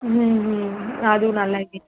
ம் ம் அதுவும் நல்ல ஐடியா